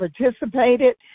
participated